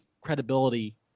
credibility